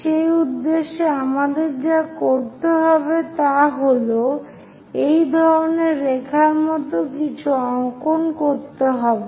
সেই উদ্দেশ্যে আমাদের যা করতে হবে তা হল এই ধরনের রেখার মতো কিছু অংকন করতে হবে